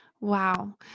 Wow